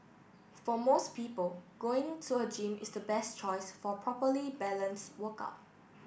for most people going to a gym is the best choice for properly balanced workout